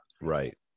Right